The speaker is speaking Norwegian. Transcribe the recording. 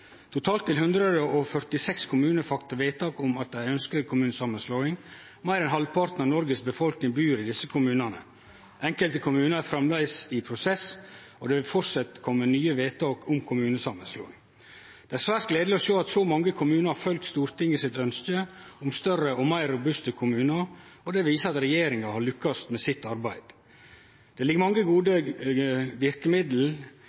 Totalt vil 146 kommunar fatte vedtak om at dei ønskjer kommunesamanslåing. Meir enn halvparten av Noregs befolkning bur i desse kommunane. Enkelte kommunar er framleis i prosess, og det vil framleis kome nye vedtak om kommunesamanslåingar. Det er svært gledeleg å sjå at så mange kommunar har følgt Stortinget sitt ønske om større og meir robuste kommunar, og det viser at regjeringa har lukkast med sitt arbeid. Det ligg mange